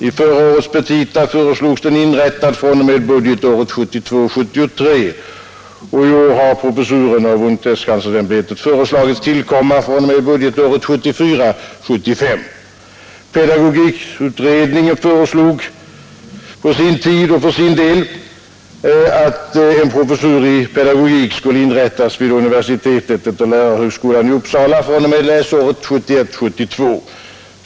I förra årets petita föreslogs den inrättad fr.o.m. budgetåret 1972 75. Pedagogikutredningen föreslog på sin tid och för sin del att en professur i pedagogik skulle inrättas vid universitet i Uppsala fr.o.m. läsåret 1971/1972.